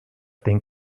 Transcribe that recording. ding